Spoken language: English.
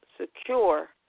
secure